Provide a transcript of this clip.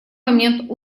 момент